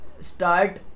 start